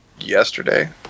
yesterday